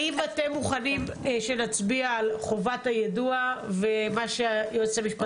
האם אתם מוכנים שנצביע על חובת היידוע ומה שהיועצת המשפטית הציעה?